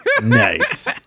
nice